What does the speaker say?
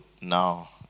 now